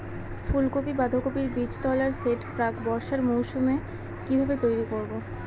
ফুলকপি বাধাকপির বীজতলার সেট প্রাক বর্ষার মৌসুমে কিভাবে তৈরি করব?